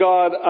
God